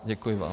Děkuji vám.